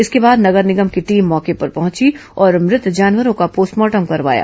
इसके बाद नगर निगम की टीम मौके पर पहुंची और मृत जानवरों का पोस्टमार्टम करवाया